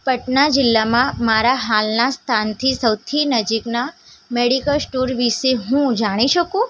પટના જિલ્લામાં મારા હાલના સ્થાનથી સૌથી નજીકના મૅડિકલ સ્ટોર વિશે હું જાણી શકું